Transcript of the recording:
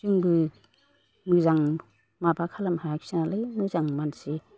जोंबो मोजां माबा खालामहायाखिसैनालाय मोजां मानसि